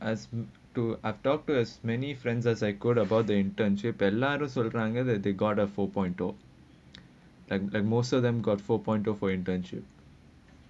as to adopt as many friends as could about the internship at எல்லாரும் சொல்றாங்க:ellaarum solraangga they got a four point two and and most of them got four point two for internship